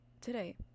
today